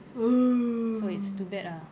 oh